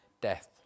death